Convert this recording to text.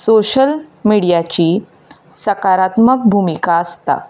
social मिडियाची सकारात्मक भुमिका आसता